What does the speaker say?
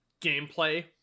gameplay